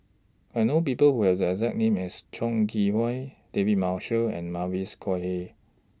I know People Who Have The exact name as Chong Kee Hiong David Marshall and Mavis Khoo Oei